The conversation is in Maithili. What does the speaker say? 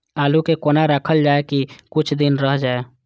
आलू के कोना राखल जाय की कुछ दिन रह जाय?